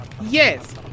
Yes